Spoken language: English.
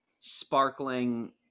sparkling